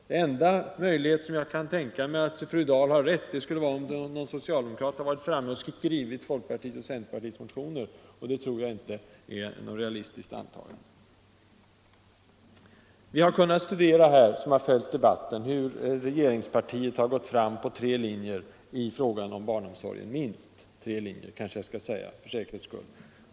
Den enda möjlighet jag kan tänka mig att fru Dahl har rätt, skulle vara om någon socialdemokrat har varit framme och skrivit folkpartiets och centerpartiets motioner. Men det tror jag inte är något realistiskt antagande. Vi som har följt debatten har kunnat studera hur regeringspartiet har gått fram på tre linjer i frågan om barnomsorgen. Minst tre linjer kanske jag skall säga för säkerhets skull.